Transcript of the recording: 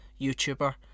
YouTuber